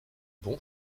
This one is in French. bon